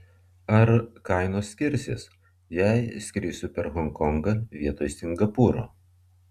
ar kainos skirsis jei skrisiu per honkongą vietoj singapūro